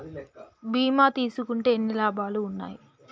బీమా తీసుకుంటే ఎన్ని లాభాలు ఉన్నాయి?